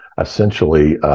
essentially